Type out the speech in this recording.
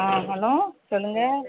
ஆ hello சொல்லுங்கள்